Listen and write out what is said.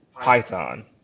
Python